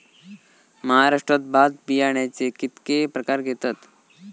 महाराष्ट्रात भात बियाण्याचे कीतके प्रकार घेतत?